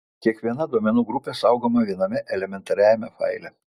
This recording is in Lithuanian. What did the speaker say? kiekviena duomenų grupė saugoma viename elementariajame faile